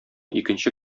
икенче